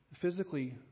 physically